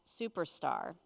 Superstar